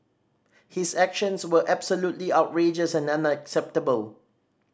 his actions were absolutely outrageous and unacceptable